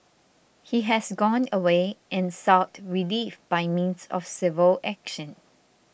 he has gone away and sought relief by means of civil action